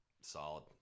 Solid